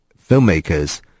filmmakers